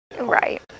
Right